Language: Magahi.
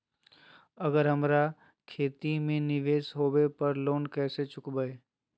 अगर हमरा खेती में निवेस होवे पर लोन कैसे चुकाइबे?